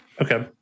Okay